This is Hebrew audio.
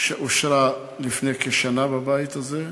שאושרה לפני כשנה בבית הזה,